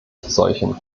solchen